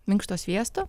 minkšto sviesto